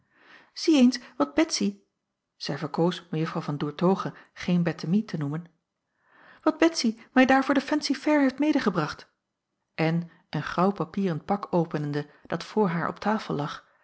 zie eens wat betsy zij verkoos mejw van doertoghe geen bettemie te noemen wat betsy mij daar voor de fancy-fair heeft medegebracht en een graauw papieren pak openende dat voor haar op tafel lag